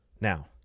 Now